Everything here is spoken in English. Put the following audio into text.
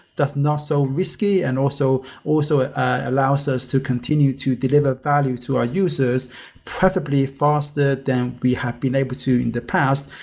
that's not so risky and also also allows us to continue to deliver value to our users preferably faster than we have been able to in the past.